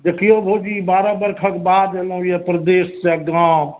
देखियौ भौजी बारह वर्षक बाद एलहुँ यऽ अपन देश गाँव